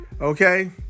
Okay